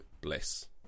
bliss